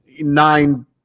nine